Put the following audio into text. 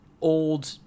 old